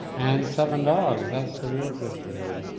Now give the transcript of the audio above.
and seven dogs. that's the real sisterhood,